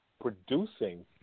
producing